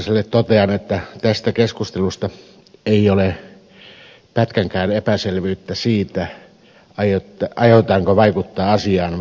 tiusaselle totean että tästä keskustelusta ei ole pätkänkään epäselvyyttä siitä aiotaanko vaikuttaa asiaan vai vaaleihin